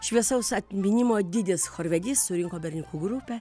šviesaus atminimo didis chorvedys surinko berniukų grupę